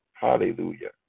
Hallelujah